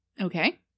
Okay